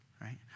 right